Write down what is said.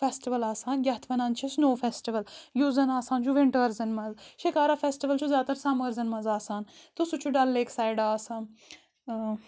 festival آسان یَتھ وَنان چھِ سنو فؠسٹِوَل یُس زَن آسان چھُ وِنٹٲرزَن منز شِکارا فؠسٹِثوَل چھُ زیاد تَر سَمٲرزَن منز آسان تہٕ سُہ چھُ ڈل لیک سایِٔڈٕ آسان